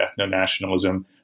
ethno-nationalism